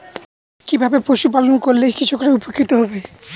কিভাবে পশু পালন করলেই কৃষকরা উপকৃত হবে?